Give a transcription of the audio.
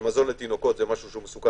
שמזון לתינוקות הוא משהו מסוכן.